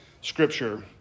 scripture